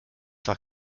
war